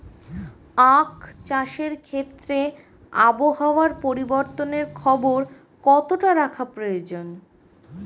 আখ চাষের ক্ষেত্রে আবহাওয়ার পরিবর্তনের খবর কতটা রাখা প্রয়োজন?